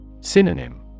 Synonym